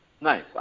Nice